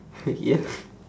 ya